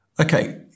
Okay